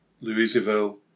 Louisville